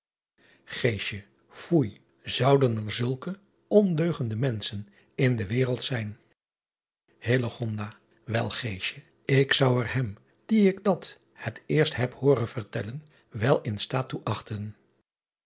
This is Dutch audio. oei zouden er zulke ondeugende menschen in de wereld zijn el k zou er hem dien ik dat het eerst heb hooren vertellen wel in staat toe achten